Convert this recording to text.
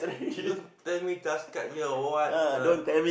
you don't tell me task card here or what the